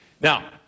Now